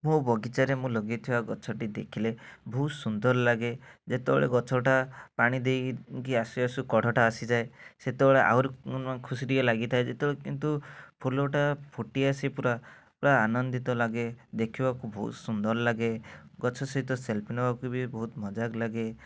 ମୋ ବଗିଚାରେ ମୁଁ ଲଗାଇଥିବା ଗଛଟି ଦେଖିଲେ ବହୁତ ସୁନ୍ଦର ଲାଗେ ଯେତେବେଳେ ଗଛଟା ପାଣି ଦେଇକି ଆସି ଆସୁ କଢ଼ଟା ଆସିଯାଏ ସେତେବେଳେ ଆହୁରି ନୂଆ ନୂଆ ଖୁସି ଟିକେ ଲାଗିଥାଏ ଯେତେବେଳେ କିନ୍ତୁ ଫୁଲଟା ଫୁଟି ଆସେ ପୁରା ପୁରା ଆନନ୍ଦିତ ଲାଗେ ଦେଖିବାକୁ ବହୁତ ସୁନ୍ଦର ଲାଗେ ଗଛ ସହିତ ସେଲ୍ଫି ନେବାକୁ ବି ବହୁତ ମଜା ଲାଗେ